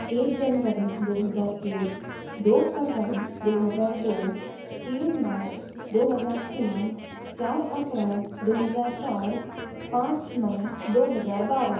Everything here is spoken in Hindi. एक जनवरी दो हज़ार एक दो फरवरी दो हज़ार दो तीन मार्च दो हज़ार तीन चार अप्रैल दो हज़ार चार पाँच मई दो हज़ार बारह